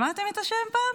שמעתם את השם פעם?